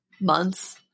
months